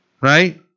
right